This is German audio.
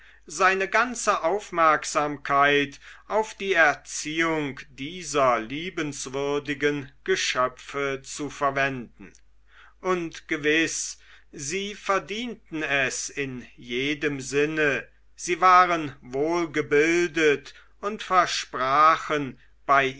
seine ganze aufmerksamkeit auf die erziehung dieser liebenswürdigen geschöpfe zu verwenden und gewiß sie verdienten es in jedem sinne sie waren wohlgebildet und versprachen bei